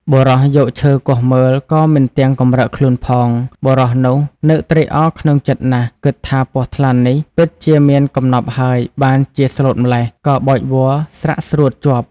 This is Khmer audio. បុរសយកឈើគោះមើលក៏មិនទាំង កំរើកខ្លួនផង បុរសនោះនឹកត្រេកអរក្នុងចិត្ដណាស់ គិតថាពស់ថ្លាន់នេះ ពិតជាមានកំណប់ហើយបានជាស្លូតម្ល៉េះ ក៏បោចវល្លិ៍ស្រាក់ស្រួតជាប់។